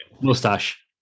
mustache